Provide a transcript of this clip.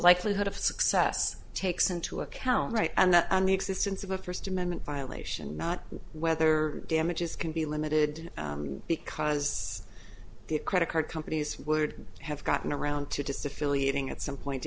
likelihood of success takes into account right and that the existence of a first amendment violation not whether damages can be limited because the credit card companies would have gotten around to disaffiliate ing at some point